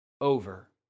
over